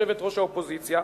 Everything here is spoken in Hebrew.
יושבת-ראש האופוזיציה,